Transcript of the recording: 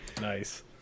nice